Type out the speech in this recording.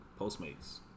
Postmates